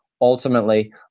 ultimately